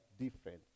different